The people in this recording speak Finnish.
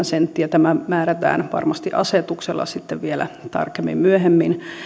senttiä tämä määrätään varmasti asetuksella vielä tarkemmin myöhemmin